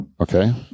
okay